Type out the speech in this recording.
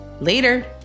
Later